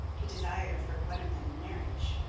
he desired of her one of them in marriage,